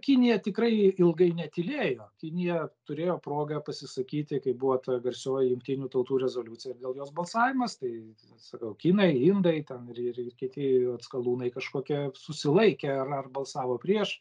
kinija tikrai ilgai netylėjo kinija turėjo progą pasisakyti kai buvo ta garsioji jungtinių tautų rezoliucija ir dėl jos balsavimas tai sakau kinai indai ten ir ir ir kiti atskalūnai kažkokie susilaikė ar ar balsavo prieš